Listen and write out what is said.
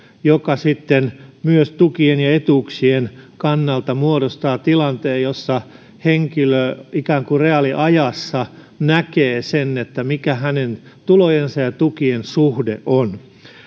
mikä sitten myös tukien ja etuuksien kannalta muodostaa tilanteen jossa henkilö ikään kuin reaaliajassa näkee mikä hänen tulojensa ja tukiensa suhde on